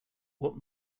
what